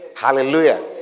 Hallelujah